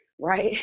right